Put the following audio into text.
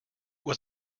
was